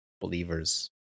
believers